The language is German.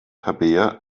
tabea